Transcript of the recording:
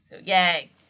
Yay